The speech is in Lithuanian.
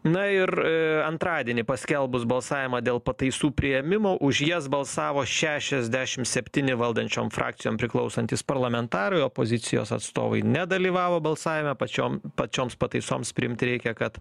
na ir antradienį paskelbus balsavimą dėl pataisų priėmimo už jas balsavo šešiasdešim septyni valdančiom frakcijom priklausantys parlamentarai opozicijos atstovai nedalyvavo balsavime pačiom pačioms pataisoms priimti reikia kad